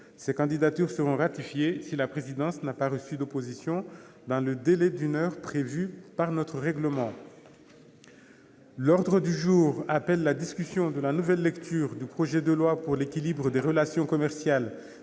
Ces candidatures seront ratifiées si la présidence n'a pas reçu d'opposition dans le délai d'une heure prévu par notre règlement. L'ordre du jour appelle la discussion, en nouvelle lecture, du projet de loi, adopté par l'Assemblée nationale